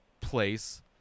place